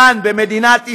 כאן, במדינת ישראל,